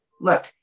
look